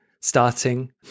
Starting